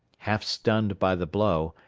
half-stunned by the blow,